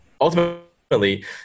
ultimately